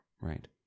right